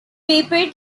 paper